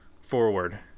forward